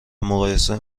مقایسه